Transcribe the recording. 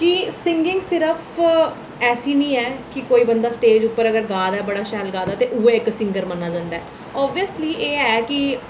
कि सींगिंग सिर्फ ऐसी निं ऐ कि कोई बंदा स्टेज उप्पर अगर गा दा ऐ बड़ा शैल गा दा ऐ ते उऐ इक सींगर बनना चांह्दा ऐ ओबियसली एह् है कि